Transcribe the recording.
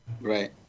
Right